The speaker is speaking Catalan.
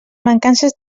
mancances